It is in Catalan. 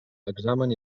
examen